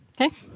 Okay